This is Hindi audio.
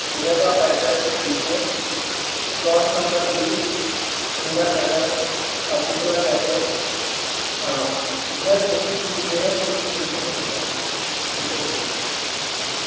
ठीक है तो आप एड्रेस लिख लीजिए प्लॉट नंबर बीस सुंदर नगर खातीपुरा जयपुर हाँ भय्या कोशिश कीजिएगा थोड़ी जल्दी पहुँच जाए ठीक है भय्या जी